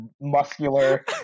muscular